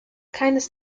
keines